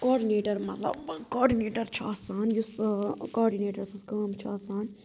coordinator مَطلَب coordinator چھ آسان یُس کاڈنیٹَر سٕنٛز کٲم چھِ آسان